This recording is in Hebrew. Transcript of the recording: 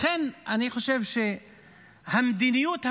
לכן אני חושב שהמדיניות הזאת,